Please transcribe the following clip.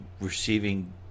receiving